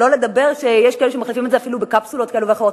שלא לדבר שיש כאלה שמחליפים את זה אפילו בקפסולות כאלה ואחרות,